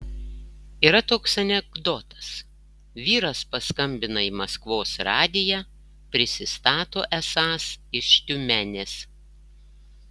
yra toks anekdotas vyras paskambina į maskvos radiją prisistato esąs iš tiumenės